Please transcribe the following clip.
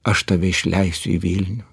aš tave išleisiu į vilnių